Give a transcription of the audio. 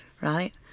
right